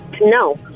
no